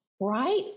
Right